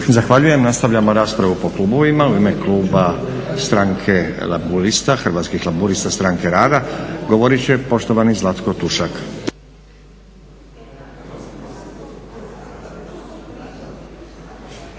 Zahvaljujem. Nastavljamo raspravu po klubovima. U ime kluba Hrvatskih laburista-Stranke rada govorit će poštovani Zlatko Tušak.